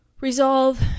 Resolve